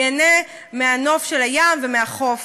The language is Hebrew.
ייהנה מהנוף של הים ומהחוף.